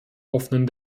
offenen